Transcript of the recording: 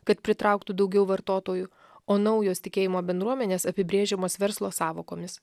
kad pritrauktų daugiau vartotojų o naujos tikėjimo bendruomenės apibrėžiamas verslo sąvokomis